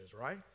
right